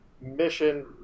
mission